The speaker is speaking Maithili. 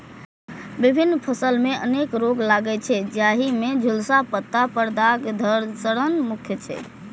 विभिन्न फसल मे अनेक रोग लागै छै, जाहि मे झुलसा, पत्ता पर दाग, धड़ सड़न मुख्य छै